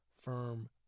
firm